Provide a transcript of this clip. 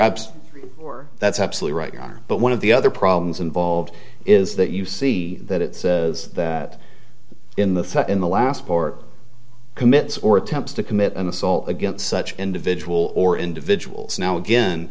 abs or that's absolutely right you are but one of the other problems involved is that you see that it says that in the in the last four commits or attempts to commit an assault against such individual or individuals now again